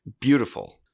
Beautiful